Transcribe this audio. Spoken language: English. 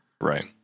right